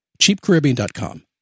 cheapcaribbean.com